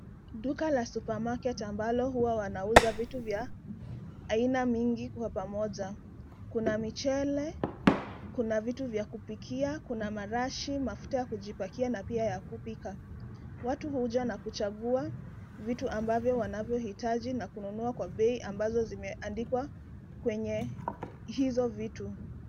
Duka la supermarket ambalo huwa wanauza vitu vya aina mingi kwa pamoja. Kuna michele, kuna vitu vya kupikia, kuna marashi, mafuta ya kujipakia na pia ya kupika. Watu huja na kuchagua vitu ambavyo wanavyohitaji na kununua kwa bei ambazo zimeandikwa kwenye hizo vitu.